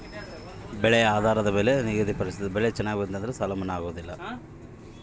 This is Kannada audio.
ರೈತರಿಗೆ ಪ್ರತಿ ವರ್ಷ ಕೃಷಿ ಸಾಲ ಮನ್ನಾ ಯಾಕೆ ಮಾಡೋದಿಲ್ಲ?